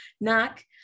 Knock